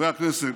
חברי הכנסת,